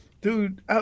dude